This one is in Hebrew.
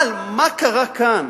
אבל מה קרה כאן?